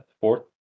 Fourth